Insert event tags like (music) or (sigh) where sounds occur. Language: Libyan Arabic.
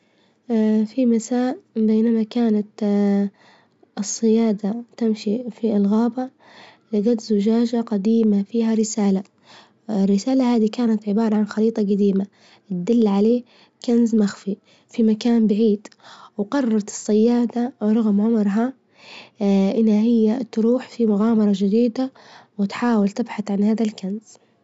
(hesitation) في مساء بينما كانت (hesitation) الصيادة تمشي في الغابة لجت زجاجة جديمة فيها رسالة، (hesitation) الرسالة هذي كانت عبارة عن خريطة جديمة، تدل على كنز مخفي في مكان بعيد، وجررت الصيادة ورغم عمرها (hesitation) إن هي تروح في مغامرة جديدة، وتحاول تبحث عن هذا الكنز. (noise)